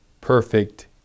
perfect